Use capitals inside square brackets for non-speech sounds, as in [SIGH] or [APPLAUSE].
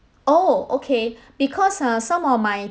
oh okay [BREATH] because ah some of my